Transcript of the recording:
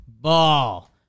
ball